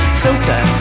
filter